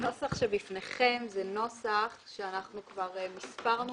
הנוסח שבפניכם הוא נוסח שאנחנו כבר מספרנו